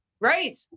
Right